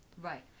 Right